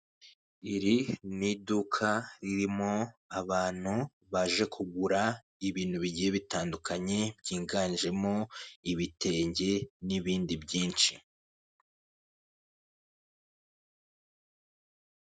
Iri ni iduka, ririmo abantu baje kugura ibintu bigiye bitandukanye, byiganjemo ibitenge, n'ibindi byinshi.